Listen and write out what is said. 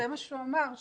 זה מה שהוא אמר.